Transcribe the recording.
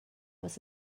was